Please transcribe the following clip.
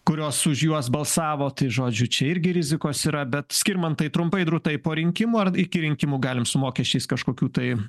kurios už juos balsavo tai žodžiu čia irgi rizikos yra bet skirmantai trumpai drūtai po rinkimų ar iki rinkimų galim su mokesčiais kažkokių tai